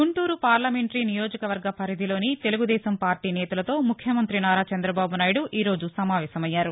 Guntur parliamentary నియోజక వర్గ పరిధిలోని తెలుగు దేశం పార్లీ నేతలతో ముఖ్యమంత్రి నారా చందబాబు నాయుడు ఈ రోజు సమావేశయ్యారు